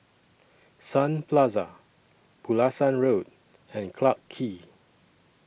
Sun Plaza Pulasan Road and Clarke Quay